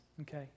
okay